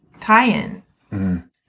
tie-in